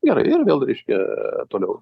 gerai ir vėl reiškia toliau